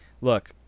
look